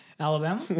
Alabama